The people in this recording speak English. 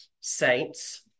saints